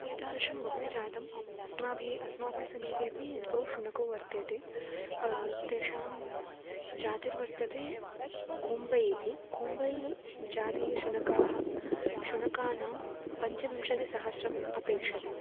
एतादृशं बहु जातम् अस्माभिः अस्माकं समीपे अपि द्वौ शुनकौ वर्तेते तेषां जातिर्वर्तते कुम्बै इति कुम्बै जाते शुनकाः शुनकानां पञ्चविंशतिसहस्रम् अपेक्षते